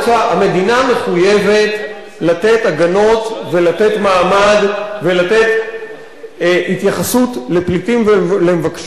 המדינה מחויבת לתת הגנות ולתת מעמד ולתת התייחסות לפליטים ולמבקשי מקלט,